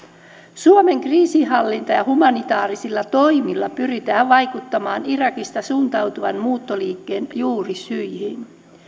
suomen kriisinhallinta ja humanitaarisilla toimilla pyritään vaikuttamaan irakista suuntautuvan muuttoliikkeen juurisyihin